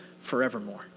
forevermore